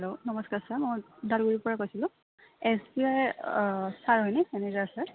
hello নমস্কাৰ sir মই ওদালগুৰিৰ পৰা কৈছিলোঁ এছ বি আই ছাৰ হয়নে মেনেজাৰ ছাৰ